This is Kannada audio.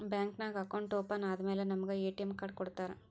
ಬ್ಯಾಂಕ್ ನಾಗ್ ಅಕೌಂಟ್ ಓಪನ್ ಆದಮ್ಯಾಲ ನಮುಗ ಎ.ಟಿ.ಎಮ್ ಕಾರ್ಡ್ ಕೊಡ್ತಾರ್